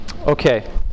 okay